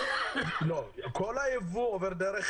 לא, כל היבוא עובר דרך